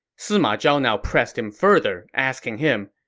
sima zhao now pressed him further, asking him,